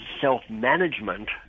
self-management